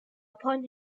upon